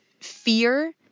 fear